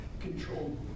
Control